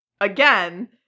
again